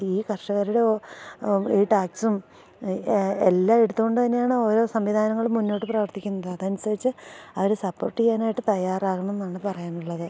ഈ കർഷകരുടെ ഓ ഈ ടാക്സും എല്ലാ എടുത്തു കൊണ്ടു തന്നെയാണ് ഓരോ സംവിധാനങ്ങൾ മുന്നോട്ട് പ്രവർത്തിക്കുന്നത് അതനുസരിച്ച് അവർ സപ്പോർട്ട് ചെയ്യാനായിട്ട് തയ്യാറാകണമെന്നാണ് പറയാനുള്ളത്